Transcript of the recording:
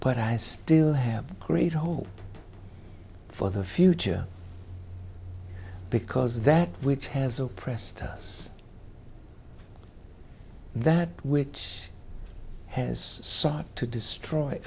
but i still have great hope for the future because that which has oppressed us that which has sought to destroy